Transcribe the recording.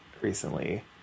recently